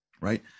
right